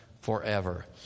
forever